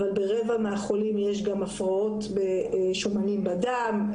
אבל ברבע מהחולים יש גם הפרעות שומנים בדם.